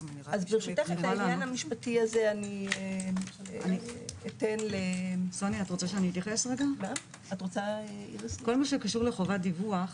ברשותך את העניין המשפטי הזה אתן- -- כל מה שקשור לחובת דיווח